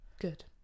Good